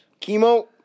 Chemo